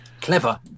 Clever